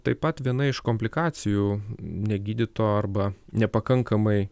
taip pat viena iš komplikacijų negydyto arba nepakankamai